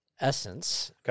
Essence